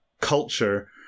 culture